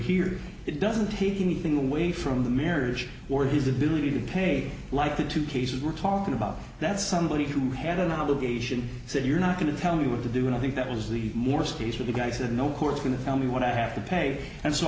here it doesn't take anything away from the marriage or his ability to pay like the two cases we're talking about that somebody who had an obligation said you're not going to tell me what to do and i think that was the more speech of the guys that no court's going to tell me what i have to pay and so